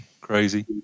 crazy